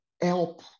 help